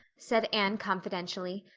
said anne confidentially,